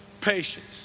patience